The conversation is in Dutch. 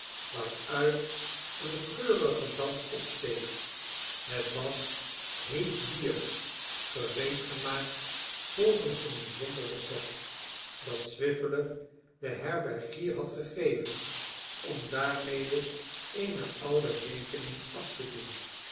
waaruit een geurige damp opsteeg het was heet bier gereedgemaakt volgens een bijzonder recept dat swiveller den herbergier had gegeven om daarmede eene oude rekening af te doen